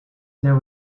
there